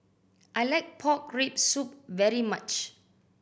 I like pork rib soup very much